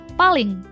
paling